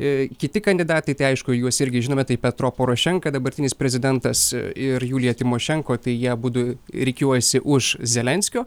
ir kiti kandidatai tai aišku juos irgi žinome tai petro porošenka dabartinis prezidentas ir julija tymošenko tai jie abudu rikiuojasi už zelenskio